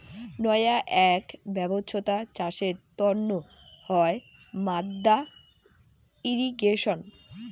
নয়া আক ব্যবছ্থা চাষের তন্ন হই মাদ্দা ইর্রিগেশন